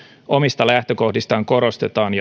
omista lähtökohdistaan korostetaan